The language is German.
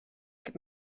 gibt